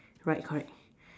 right correct